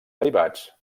derivats